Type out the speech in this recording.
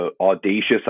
audacious